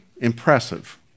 impressive